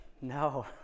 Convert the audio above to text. no